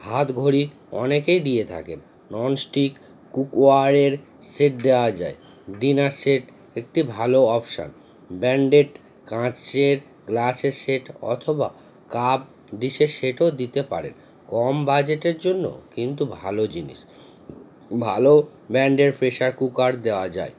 হাত ঘড়ি অনেকেই দিয়ে থাকেন ননস্টিক কুকওয়ারের সেট দেওয়া যায় ডিনার সেট একটি ভালো অপশান ব্র্যান্ডেড কাঁচের গ্লাসের সেট অথবা কাপ ডিসের সেটও দিতে পারেন কম বাজেটের জন্য কিন্তু ভালো জিনিস ভালো ব্র্যান্ডের প্রেসার কুকার দেওয়া যায়